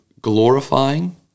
glorifying